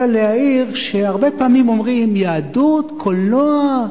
אלא להעיר שהרבה פעמים אומרים: יהדות, קולנוע,